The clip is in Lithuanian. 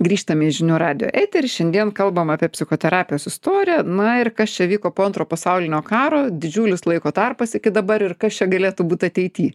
grįžtame į žinių radijo eterį šiandien kalbam apie psichoterapijos istoriją na ir kas čia vyko po antro pasaulinio karo didžiulis laiko tarpas iki dabar ir kas čia galėtų būti ateity